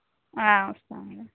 వస్తా అండి